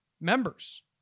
members